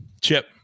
Chip